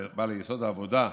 בעל "יסוד העבודה",